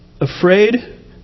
afraid